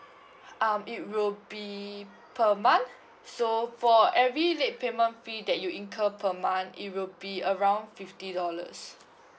um it will be per month so for every late payment fee that you incur per month it will be around fifty dollars